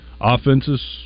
Offenses